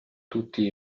tutti